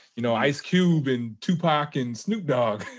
you know, ice cube and tupac and snoop dogg.